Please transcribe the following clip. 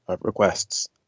requests